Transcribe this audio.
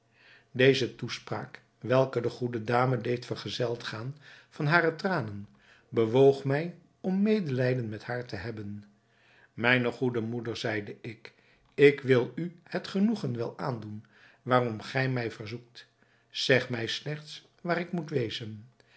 deze toespraak welke de goede dame deed vergezeld gaan van hare tranen bewoog mij om medelijden met haar te hebben mijne goede moeder zeide ik ik wil u het genoegen wel aandoen waarom gij mij verzoekt zeg mij slechts waar ik moet wezen